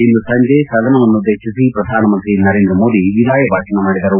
ಇಂದು ಸಂಜೆ ಸದನವನ್ನುದ್ದೇಶಿಸಿ ಪ್ರಧಾನಮಂತ್ರಿ ನರೇಂದ್ರ ಮೋದಿ ವಿದಾಯ ಭಾಷಣ ಮಾಡಿದರು